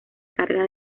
carga